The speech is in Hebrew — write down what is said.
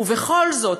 ובכל זאת,